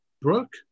Brooke